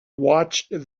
watched